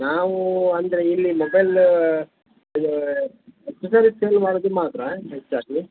ನಾವು ಅಂದರೆ ಇಲ್ಲಿ ಮೊಬೈಲ್ ಸೇಲ್ ಮಾಡೋದು ಮಾತ್ರ ಹೆಚ್ಚಾಗಿ